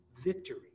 victory